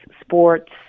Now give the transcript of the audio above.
sports